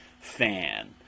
fan